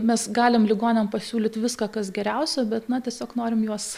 mes galim ligoniam pasiūlyt viską kas geriausia bet na tiesiog norim juos